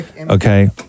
okay